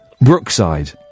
brookside